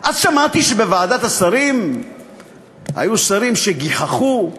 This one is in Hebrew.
אז שמעתי שבוועדת השרים היו שרים שגיחכו,